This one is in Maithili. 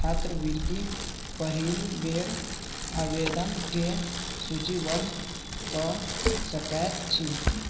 छात्रवृत्ति पहिल बेर आवेदनके सूचिबद्ध कऽ सकैत छी